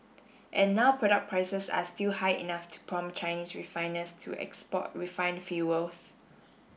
and now product prices are still high enough to prompt Chinese refiners to export refined fuels